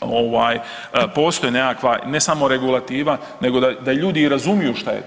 ovaj, postoji nekakva, ne samo regulativa nego da ljudi i razumiju šta je to.